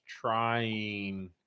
trying